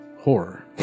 horror